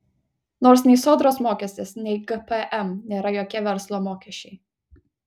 nors nei sodros mokestis nei gpm nėra jokie verslo mokesčiai